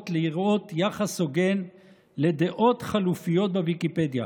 לראות יחס הוגן לדעות חלופיות בוויקיפדיה,